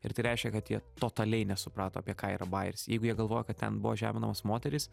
ir tai reiškia kad jie totaliai nesuprato apie ką yra bajeris jeigu jie galvojo kad ten buvo žeminamos moterys